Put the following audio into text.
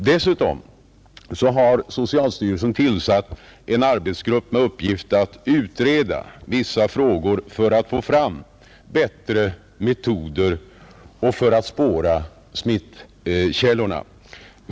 Dessutom har socialstyrelsen tillsatt en arbetsgrupp med uppgift att utreda vissa frågor för att få fram bättre metoder och för att spåra smittkällorna.